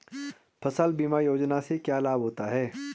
फसल बीमा योजना से क्या लाभ होता है?